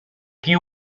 qui